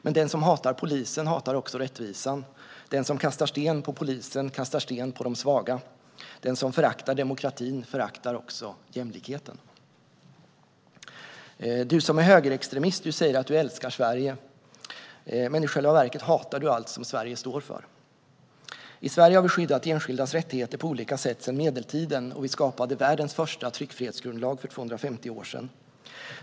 Men den som hatar polisen hatar också rättvisan. Den som kastar sten på polisen kastar sten på de svaga. Den som föraktar demokratin föraktar också jämlikheten. Du som är högerextremist säger att du älskar Sverige, men i själva verket hatar du allt som Sverige står för. I Sverige har vi skyddat enskildas rättigheter på olika sätt sedan medeltiden, och vi skapade världens första tryckfrihetsgrundlag för 250 år sedan.